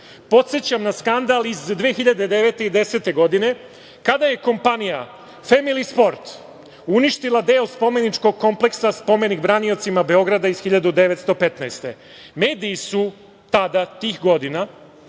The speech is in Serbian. podsećam na skandal iz 2009. i 2010. godine, kada je kompanija „Femili sport“ uništila deo spomeničkog kompleksa, spomenik „Braniocima Beograda“ iz 1915. godine. Mediji su tih godina